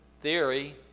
theory